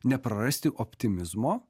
neprarasti optimizmo